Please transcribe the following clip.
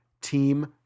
team